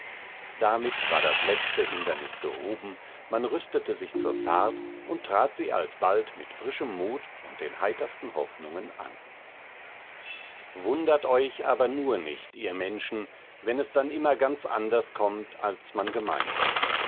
damit war das letzte hindernis gehoben man rüstete sich zur fahrt und trat sie alsbald mit frischem mut und den heitersten hoffnungen an wundert euch aber nur nicht ihr menschen wenn es dann immer ganz anders kommt als man gemeint hat